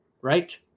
right